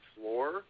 floor